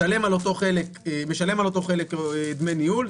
משלם על אותו חלק דמי ניהול,